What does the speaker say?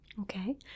okay